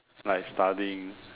like studying